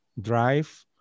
drive